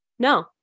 No